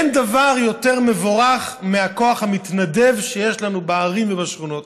אין דבר יותר מבורך מהכוח המתנדב שיש לנו בערים ובשכונות.